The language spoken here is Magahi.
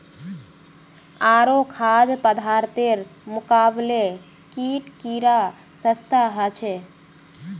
आरो खाद्य पदार्थेर मुकाबले कीट कीडा सस्ता ह छे